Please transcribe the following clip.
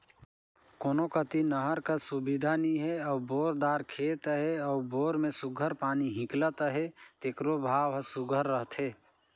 कोनो कती नहर कर सुबिधा नी हे अउ बोर दार खेत अहे अउ बोर में सुग्घर पानी हिंकलत अहे तेकरो भाव हर सुघर रहथे